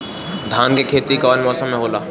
धान के खेती कवन मौसम में होला?